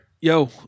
yo